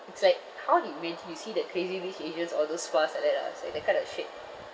it's like how do you imagine you see the crazy rich asians all those spas like that ah it's like that kind of shit